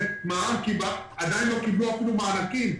מע"מ כי הם עדיין לא קיבלו אפילו מענקים.